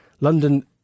London